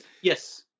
Yes